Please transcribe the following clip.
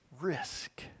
risk